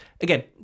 Again